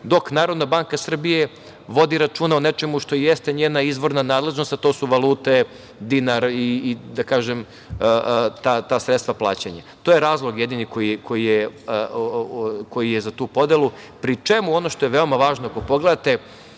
dok Narodna banka Srbije vodi računa o nečemu što jeste njena izvorna nadležnost, a to su valute, dinari i da kažem ta sredstva plaćanja. To je jedini razlog koji je za tu podelu, pri čemu, ono što je veoma važno ako pogledate,